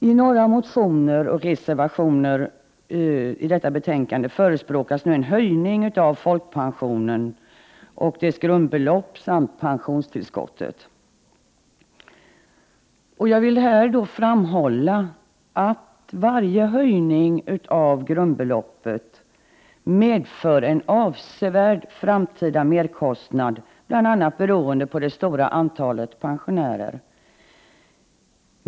I några motioner och reservationer till detta betänkande förespråkas nu en höjning av folkpensionen och dess grundbelopp samt av pensionstillskottet. Jag vill här framhålla att varje höjning av grundbeloppet medför en avsevärd framtida merkostnad bl.a. beroende på det stora antalet pensionärer.